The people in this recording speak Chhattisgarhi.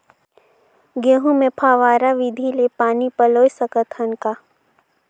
गहूं मे फव्वारा विधि ले पानी पलोय सकत हन का?